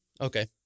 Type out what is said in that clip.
Okay